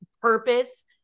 purpose